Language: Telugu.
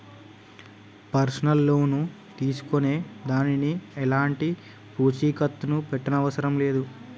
పర్సనల్ లోను తీసుకునే దానికి ఎలాంటి పూచీకత్తుని పెట్టనవసరం లేదు